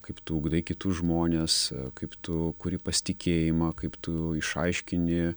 kaip tu ugdai kitus žmones kaip tu kuri pasitikėjimą kaip tu išaiškini